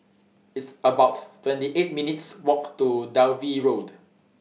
It's about twenty eight minutes' Walk to Dalvey Road